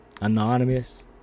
anonymous